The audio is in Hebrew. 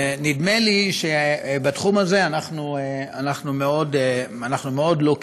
נדמה לי שבתחום הזה אנחנו מאוד לוקים.